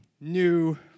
new